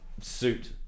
suit